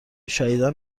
شدیدا